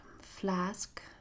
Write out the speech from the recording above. flask